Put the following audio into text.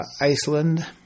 Iceland